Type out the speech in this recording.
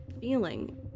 feeling